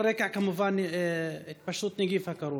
כמובן על רקע התפשטות נגיף הקורונה.